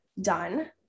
done